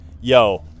yo